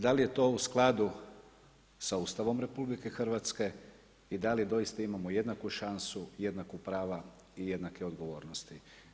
Da li je to u skladu sa Ustavom RH i da li doista imamo jednaku šansu i jednaka prava i jednake odgovornosti?